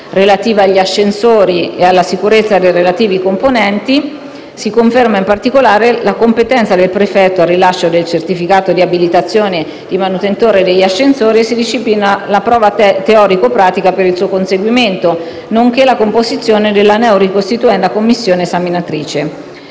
relativa agli ascensori e alla sicurezza dei relativi componenti. Si conferma in particolare la competenza del prefetto al rilascio del certificato di abilitazione di manutentore degli ascensori e si disciplina la prova teorico-pratica per il suo conseguimento, nonché la composizione della neo-ricostituenda commissione esaminatrice.